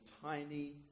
tiny